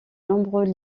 nombreux